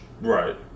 Right